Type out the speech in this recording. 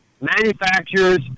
Manufacturers